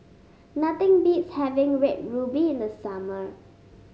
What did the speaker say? nothing beats having Red Ruby in the summer